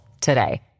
today